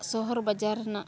ᱥᱚᱦᱚᱨᱼᱵᱟᱡᱟᱨ ᱨᱮᱱᱟᱜ